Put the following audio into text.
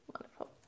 Wonderful